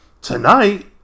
Tonight